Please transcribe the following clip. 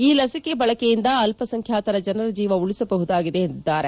ಈ ಲಸಿಕೆ ಬಳಕೆಯಿಂದ ಅಸಂಖ್ಯಾತರ ಜನರ ಜೀವ ಉಳಿಸಬಹುದಾಗಿದೆ ಎಂದಿದ್ದಾರೆ